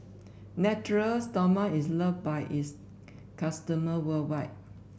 Natura Stoma is loved by its customers worldwide